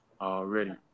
Already